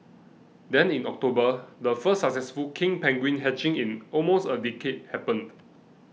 then in October the first successful king penguin hatching in almost a decade happened